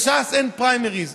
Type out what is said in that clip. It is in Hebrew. בש"ס אין פריימריז,